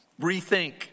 Rethink